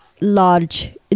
large